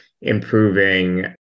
improving